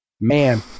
man